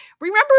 remember